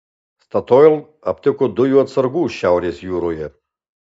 statoil aptiko dujų atsargų šiaurės jūroje